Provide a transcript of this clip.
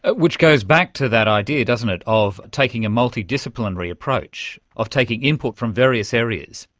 ah which goes back to that idea, doesn't it, of taking a multidisciplinary approach, of taking input from various areas.